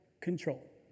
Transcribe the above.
control